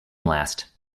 last